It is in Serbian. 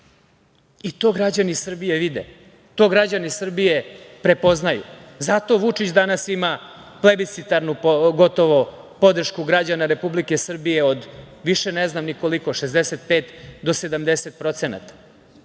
To građani Srbije vide, to građani Srbije prepoznaju, zato Vučić danas ima plebiscitarnu gotovo podršku građana Republike Srbije od, više ne znam ni koliko, 65 do 70%.